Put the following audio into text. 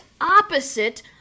opposite